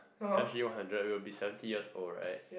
S_G one hundred we will be seventy years old right